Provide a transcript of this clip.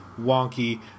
wonky